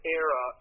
era